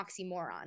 oxymoron